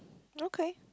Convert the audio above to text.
okay